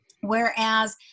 Whereas